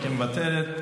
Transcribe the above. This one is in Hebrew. היא מוותרת,